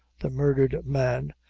the murdered man,